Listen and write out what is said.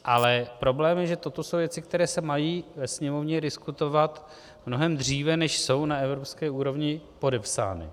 Ale problém je, že toto jsou věci, které se mají ve Sněmovně diskutovat mnohem dříve, než jsou na evropské úrovni podepsány.